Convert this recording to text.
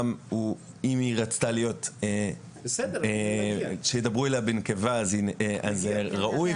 אם היא רצתה שידברו אליה בנקבה אז זה ראוי,